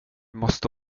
måste